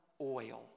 oil